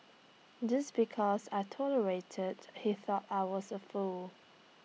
just because I tolerated he thought I was A fool